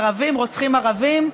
ערבים רוצחים ערבים,